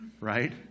right